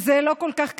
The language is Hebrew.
זה לא כל כך קשה.